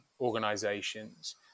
organizations